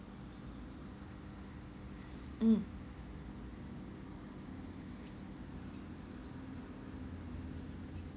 mm